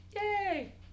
Yay